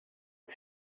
sie